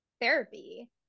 therapy